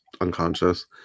unconscious